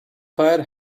fire